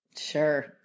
Sure